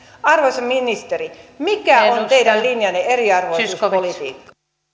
arvoisa ministeri mikä on teidän linjanne eriarvoisuuspolitiikkaan